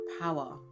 power